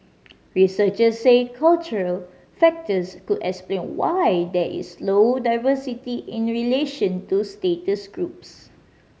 researchers said cultural factors could explain why there is low diversity in relation to status groups